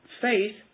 faith